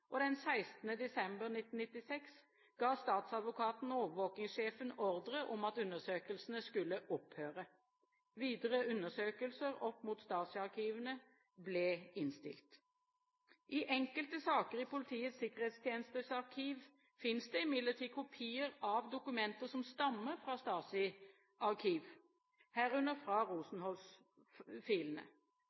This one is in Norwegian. Den 16. desember 1996 ga statsadvokaten overvåkingssjefen ordre om at undersøkelsene skulle opphøre. Videre undersøkelser opp mot Stasi-arkivene ble innstilt. I enkelte saker i Politiets sikkerhetstjenestes arkiv finnes det imidlertid kopier av dokumenter som stammer fra Stasis arkiv, herunder fra